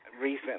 recent